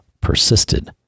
persisted